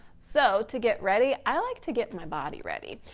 so to get ready, i like to get my body ready.